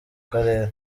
karere